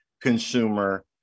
consumer